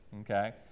okay